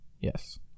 Yes